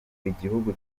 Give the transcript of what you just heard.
igihugu